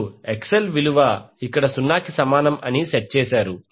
మీరు XL విలువ ఇక్కడ 0 కి సమానం అని సెట్ చేశారు